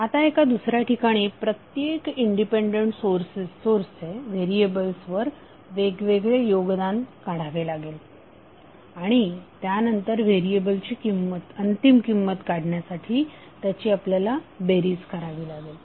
आता एका दुसऱ्या ठिकाणी प्रत्येक इंडिपेंडंट सोर्सचे व्हेरीएबल्सवर वेगवेगळे योगदान काढावे लागेल आणि त्यानंतर व्हेरीएबलची अंतिम किंमत काढण्यासाठी त्याची आपल्याला बेरीज करावी लागेल